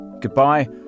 goodbye